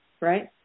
right